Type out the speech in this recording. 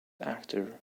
actor